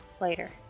later